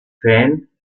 fan